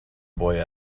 boy